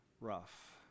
rough